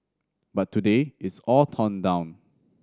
but today it's all torn down